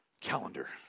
calendar